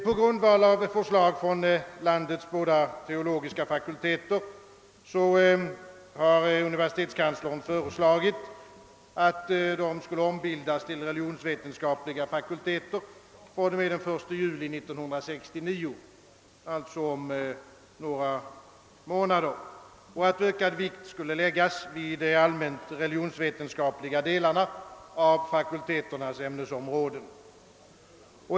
På grundval av förslag från landets båda teologiska fakulteter har universitetskanslersämbetet i år föreslagit, att dessa fakulteter skulle ombildas till religionsvetenskapliga fakulteter från och med den 1 juli 1969 — alltså om några månader — och att ökad vikt skulle läggas vid de allmänt religionsvetenskapliga delarna av fakulteternas ämnesområden.